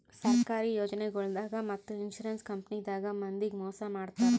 ಸರ್ಕಾರಿ ಯೋಜನಾಗೊಳ್ದಾಗ್ ಮತ್ತ್ ಇನ್ಶೂರೆನ್ಸ್ ಕಂಪನಿದಾಗ್ ಮಂದಿಗ್ ಮೋಸ್ ಮಾಡ್ತರ್